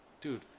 Dude